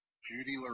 Judy